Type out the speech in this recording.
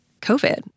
COVID